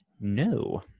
No